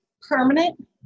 permanent